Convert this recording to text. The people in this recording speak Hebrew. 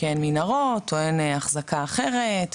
כי אין מנהרות או אין אחזקה אחרת,